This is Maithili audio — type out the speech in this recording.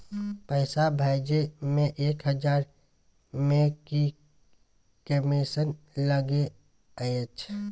पैसा भैजे मे एक हजार मे की कमिसन लगे अएछ?